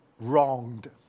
wronged